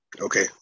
okay